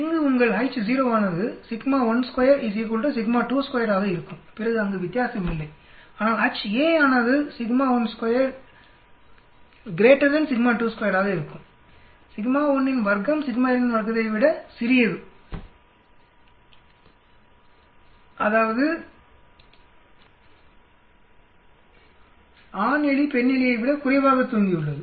இங்கு உங்கள் Ho ஆனது ஆக இருக்கும் பிறகு அங்கு வித்தியாசம் இல்லை ஆனால் Ha ஆனது ஆக இருக்கும் சிக்மா 1இன் வர்க்கம் சிக்மா 2இன் வர்க்த்தை விட சிறியது அதாவது ஆண் எலி பெண் எலியை விட குறைவாக தூங்கியுள்ளது